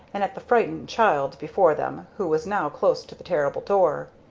and at the frightened child before them who was now close to the terrible door.